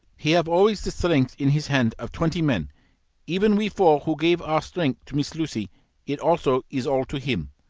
he have always the strength in his hand of twenty men even we four who gave our strength to miss lucy it also is all to him.